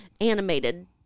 animated